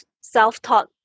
self-taught